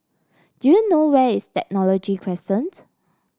do you know where is Technology Crescent